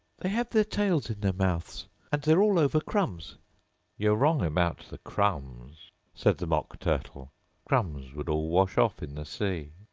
they have their tails in their mouths and they're all over crumbs you're wrong about the crumbs said the mock turtle crumbs would all wash off in the sea.